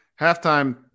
halftime